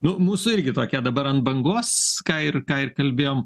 nu mūsų irgi tokia dabar ant bangos ką ir ką kalbėjom